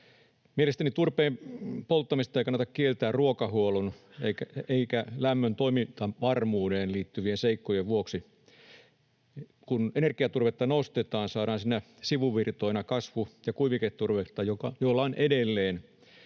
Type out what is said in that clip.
Mielestäni turpeen polttamista ei kannata kieltää ruokahuollon eikä lämmön toimintavarmuuteen liittyvien seikkojen vuoksi. Kun energiaturvetta nostetaan, saadaan siinä sivuvirtoina kasvu- ja kuiviketurvetta, joilla on edelleen